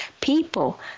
people